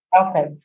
Okay